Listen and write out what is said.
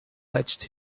touched